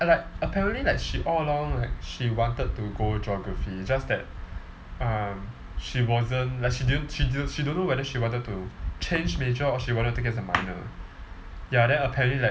like apparently like she all along like she wanted to go geography it's just that um she wasn't like she didn't she didn't she don't know whether she wanted to change major or she wanted to take it as a minor ya then apparently like